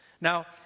Now